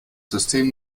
system